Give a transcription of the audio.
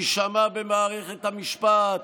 יישמע במערכת המשפט,